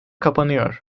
kapanıyor